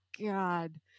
God